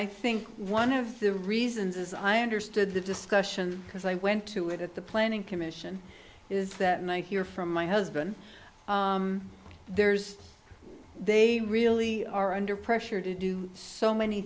i think one of the reasons as i understood the discussion because i went to it at the planning commission is that night here from my husband there's they really are under pressure to do so many